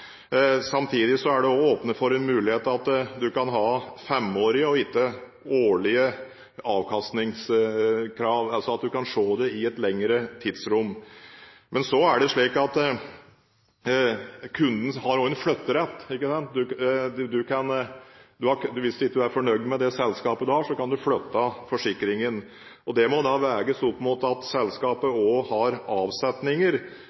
Samtidig er det også åpnet for den mulighet at du kan ha femårige og ikke årlige avkastningskrav, altså at du kan se det i et lengre tidsrom. Så er det slik at kunden også har en flytterett. Hvis man ikke er fornøyd med det selskapet man har, kan man flytte forsikringen. Det må veies opp mot at